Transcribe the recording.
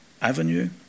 Avenue